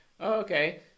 Okay